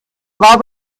war